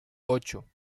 ocho